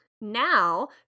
now